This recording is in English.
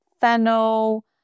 fennel